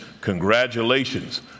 Congratulations